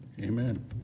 Amen